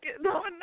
No